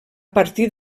partir